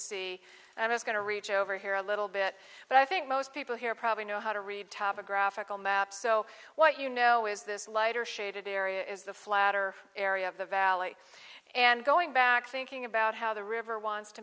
see and it's going to reach over here a little bit but i think most people here probably know how to read topographical map so what you know is this lighter shaded area is the flatter area of the valley and going back thinking about how the river wants to